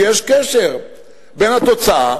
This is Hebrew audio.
שיש קשר בין התוצאה